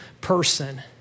person